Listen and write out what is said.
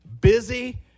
busy